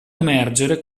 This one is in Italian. emergere